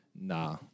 nah